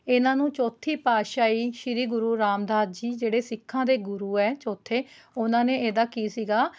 ਇਹਨਾਂ ਨੂੰ ਚੌਥੀ ਪਾਤਸ਼ਾਹੀ ਸ਼੍ਰੀ ਗੁਰੂ ਰਾਮਦਾਸ ਜੀ ਜਿਹੜੇ ਸਿੱਖਾਂ ਦੇ ਗੁਰੂ ਹੈ ਚੌਥੇ ਉਨ੍ਹਾਂ ਨੇ ਇਹਦਾਂ ਕੀ ਸੀਗਾ